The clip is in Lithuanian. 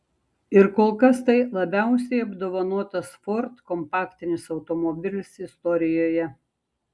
ir kol kas tai labiausiai apdovanotas ford kompaktinis automobilis istorijoje